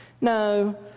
No